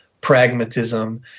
Pragmatism